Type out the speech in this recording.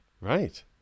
right